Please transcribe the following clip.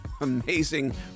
Amazing